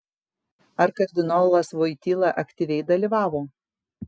ar kardinolas voityla aktyviai dalyvavo